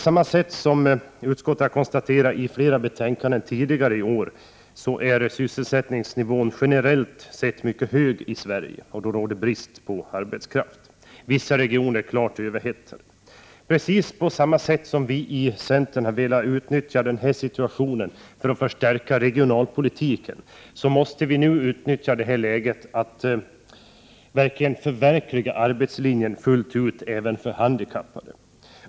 Som utskottet konstaterat i flera betänkanden tidigare i år är sysselsättningsnivån i Sverige generellt sett mycket hög. Det råder brist på arbetskraft. Vissa regioner är klart överhettade. Vi i centern har velat nyttja den situationen för att förstärka regionalpolitiken. På samma sätt måste vi utnyttja läget till att fullt ut förverkliga arbetslinjen även för handikappade.